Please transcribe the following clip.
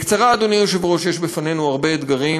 בקצרה, אדוני היושב-ראש, יש בפנינו הרבה אתגרים.